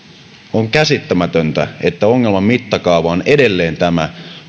on käsittämätöntä että ongelman mittakaava on edelleen tämä